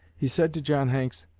he said to john hanks,